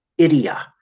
idia